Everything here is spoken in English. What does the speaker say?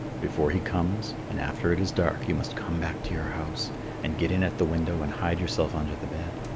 before he comes, and after it is dark, you must come back to your house and get in at the window and hide yourself under the bed.